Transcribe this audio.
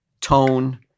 tone